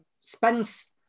Spence